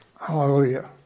Hallelujah